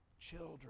children